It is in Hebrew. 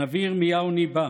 הנביא ירמיהו ניבא: